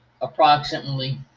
approximately